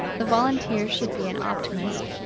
the volunteer should be an optimist,